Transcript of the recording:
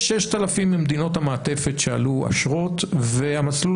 יש 6,000 ממדינות המעטפת שעלו באשרות והמסלול